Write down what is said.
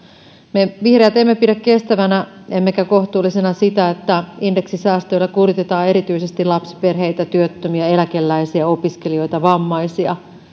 me vihreät emme pidä kestävänä emmekä kohtuullisena sitä että indeksisäästöillä kuritetaan erityisesti lapsiperheitä työttömiä eläkeläisiä opiskelijoita vammaisia